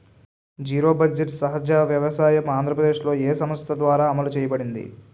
Zero budget సహజ వ్యవసాయం ఆంధ్రప్రదేశ్లో, ఏ సంస్థ ద్వారా అమలు చేయబడింది?